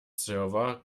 server